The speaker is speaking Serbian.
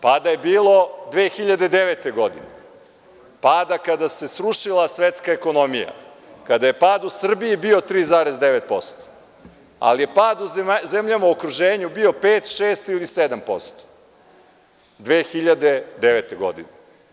Pada je bilo 2009. godine, pada kada se srušila svetska ekonomija, kada je pad u Srbiji bio 3,9%, ali je pad u zemljama u okruženju bio 5%, 6% ili 7%, 2009.godine.